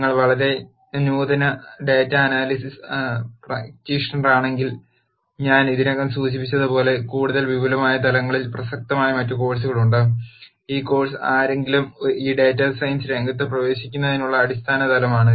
നിങ്ങൾ വളരെ നൂതന ഡാറ്റാ അനാലിസിസ് പ്രാക്ടീഷണറാണെങ്കിൽ ഞാൻ ഇതിനകം സൂചിപ്പിച്ചതുപോലെ കൂടുതൽ വിപുലമായ തലങ്ങളിൽ പ്രസക്തമായ മറ്റ് കോഴ്സുകളുണ്ട് ഈ കോഴ് സ് ആരെങ്കിലും ഈ ഡാറ്റാ സയൻസ് രംഗത്ത് പ്രവേശിക്കുന്നതിനുള്ള അടിസ്ഥാന തലത്തിലാണ്